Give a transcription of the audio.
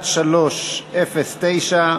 פ/1309/19,